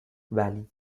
valley